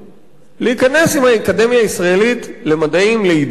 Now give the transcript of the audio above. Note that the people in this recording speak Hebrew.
להיכנס עם האקדמיה הישראלית למדעים להידברות,